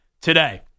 today